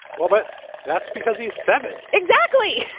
well, but that's because he's seven. exactly.